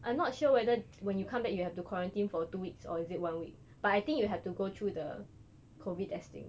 I'm not sure whether when you come back you have to quarantine for two weeks or is it one week but I think you have to go through the COVID testing